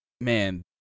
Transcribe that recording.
man